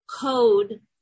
code